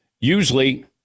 usually